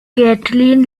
kathleen